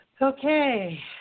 Okay